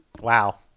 Wow